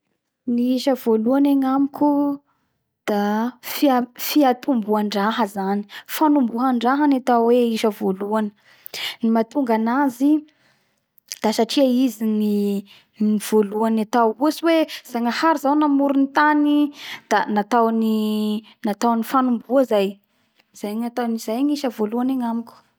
Ny isa volonay agnamiko da fia fiatombohandraha zany fanomboandraha ny atao hoe isa voalohany ny matonga anazy da satria izy ny ny voalohany atao ohatsy ho Zagnahary namory ny tany da nataony nataony fanomboha zay zay gnisa voalohany agnamiko